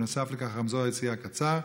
נוסף לכך, רמזור היציאה קצר.